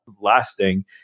lasting